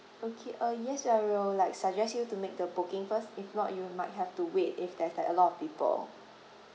okay uh yes ya we will like suggest you to make the booking first if not you might have to wait if there's like a lot of people